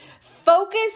Focus